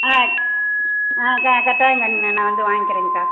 ஆ ஆ க கட்டாயம் கண் நான் வந்து வாங்கிறேங்க்கா